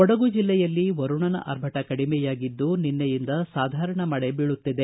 ಕೊಡಗು ಜಲ್ಲೆಯಲ್ಲಿ ವರುಣನ ಆರ್ಭಟ ಕಡಿಮೆಯಾಗಿದ್ದು ನಿನ್ನೆಯಿಂದ ಸಾಧಾರಣ ಮಳೆ ಬೀಳುತ್ತಿದೆ